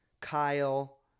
Kyle